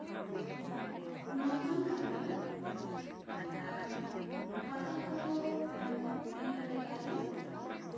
ᱧᱟᱯᱟᱢ ᱠᱟᱛᱮᱜ ᱯᱟᱛᱟ ᱠᱚ ᱮᱱᱮᱡ ᱠᱮᱫᱟᱞᱮ